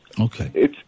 Okay